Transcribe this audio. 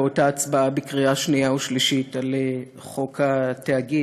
באותה הצבעה בקריאה שנייה ושלישית על חוק התאגיד,